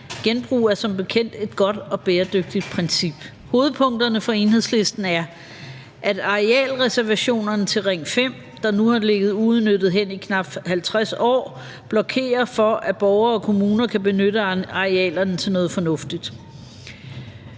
genbrug er som bekendt et godt og bæredygtigt princip. Hovedpunkterne for Enhedslisten er, at arealreservationerne til Ring 5, der nu har ligget uudnyttede hen i knap 50 år, blokerer for, at borgere og kommuner kan udnytte arealerne til noget fornuftigt.